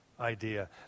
idea